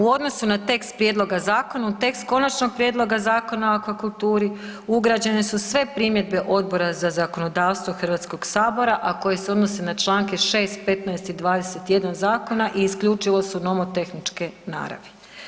U odnosu na tekst prijedloga zakona u tekst Konačnog prijedloga Zakona o akvakulturi ugrađene su sve primjedbe Odbora za zakonodavstvo Hrvatskog sabora, a koje se odnose na Članke 6., 15. i 21. i isključivo su nomotehničke naravi.